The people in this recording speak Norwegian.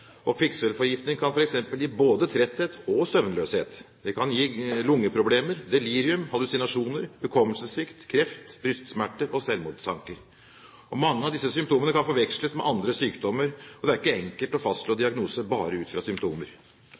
og kvikksølvforgiftning kan f.eks. gi både tretthet og søvnløshet. Det kan gi lungeproblemer, delirium, hallusinasjoner, hukommelsessvikt, kreft, brystsmerter og selvmordstanker. Mange av disse symptomene kan forveksles med andre sykdommer, og det er ikke enkelt å fastslå diagnose bare ut fra symptomer.